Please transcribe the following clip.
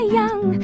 young